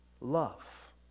love